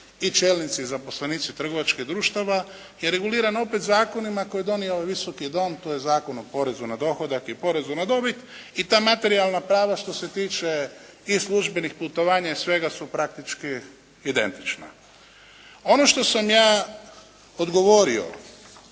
i čelnici, zaposlenici trgovačkih društava je regulirana opet zakonima koje je donio ovaj Visoki dom, to je Zakon o porezu na dohodak i porezu na dobit i ta materijalna prava što se tiče i službenih putovanja i svega su praktički identična. Ono što sam ja odgovorio